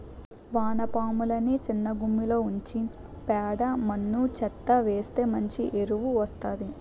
వానపాములని సిన్నగుమ్మిలో ఉంచి పేడ మన్ను చెత్తా వేస్తె మంచి ఎరువు వస్తాది